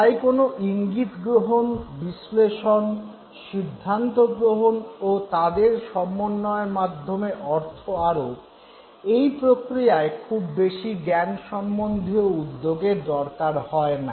তাই কোনো ইঙ্গিত গ্রহণ বিশ্লেষণ সিদ্ধান্তগ্রহণ ও তাদের সমন্বয়ের মাধ্যমে অর্থ আরোপ - এই প্রক্রিয়ায় খুব বেশি জ্ঞানসম্বন্ধীয় উদ্যোগের দরকার হয় না